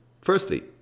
Firstly